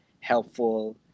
helpful